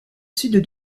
sud